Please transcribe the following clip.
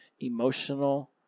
emotional